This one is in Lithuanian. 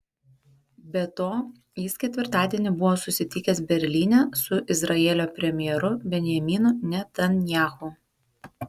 be to jis ketvirtadienį buvo susitikęs berlyne su izraelio premjeru benjaminu netanyahu